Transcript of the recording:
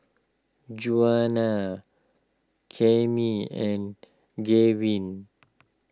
Joanna Cami and Gavin